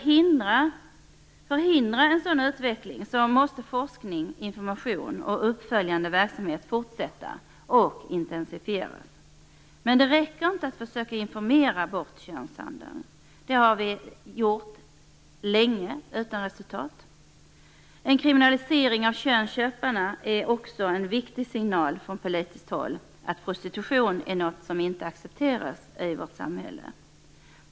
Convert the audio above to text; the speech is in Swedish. För att förhindra en sådan utveckling måste forskning, information och uppföljande verksamhet fortsätta och intensifieras. Men det räcker inte att försöka informera bort könshandeln. Det har vi gjort länge, utan resultat. En kriminalisering av könsköparna är också en viktig signal från politiskt håll att prostitution är någonting som inte accepteras i vårt samhälle.